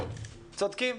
צודקים,